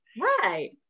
Right